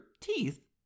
teeth